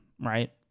right